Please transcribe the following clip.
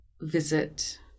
visit